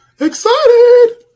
excited